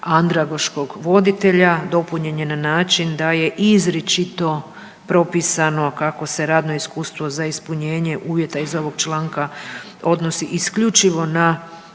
andragoškog voditelja dopunjen je na način da je izričito propisano kako se radno iskustvo za ispunjenje uvjeta iz ovog članka odnosi isključivo na